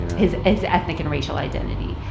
his his ethnic and racial identity.